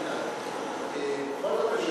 בכל זאת,